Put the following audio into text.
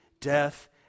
death